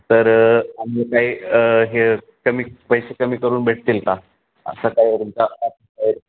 तर आम्ही काही हे कमी पैसे कमी करून भेटतील का असं काही होईल का